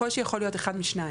הקושי הוא יכול להיות אחד משניים,